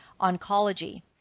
oncology